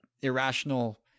irrational